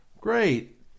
Great